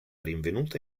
rinvenuta